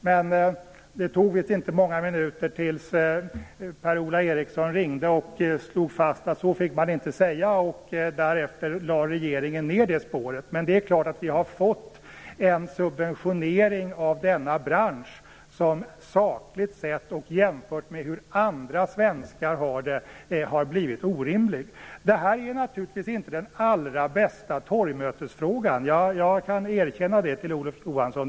Men det dröjde visst inte många minuter förrän Per-Ola Eriksson ringde och slog fast att så fick man inte säga. Därefter lade regeringen ned det spåret. Det är klart att vi fått en subventionering av denna bransch, som sakligt sett och jämfört med hur andra svenskar har det, har blivit orimlig. Det här är naturligtvis inte den allra bästa torgmötesfrågan. Det kan jag erkänna, Olof Johansson!